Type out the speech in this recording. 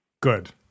Good